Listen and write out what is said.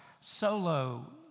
solo